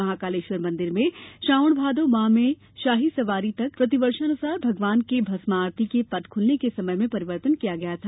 महाकालेश्वर मंदिर में श्रावण भादौ माह में शाही सवारी तक प्रतिवर्षानुसार भगवान के भस्म आरती में पट खुलने के समय में परिवर्तन किया गया था